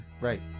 Right